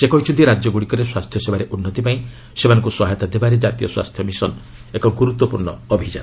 ସେ କହିଛନ୍ତି ରାଜ୍ୟଗୁଡ଼ିକରେ ସ୍ୱାସ୍ଥ୍ୟସେବାର ଉନ୍ନତି ପାଇଁ ସେମାନଙ୍କୁ ସହାୟତା ଦେବାରେ ଜାତୀୟ ସ୍ୱାସ୍ଥ୍ୟ ମିଶନ୍ ଏକ ଗୁରୁତ୍ୱପୂର୍ଣ୍ଣ ଅଭିଯାନ